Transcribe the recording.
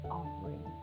offering